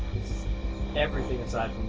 everything aside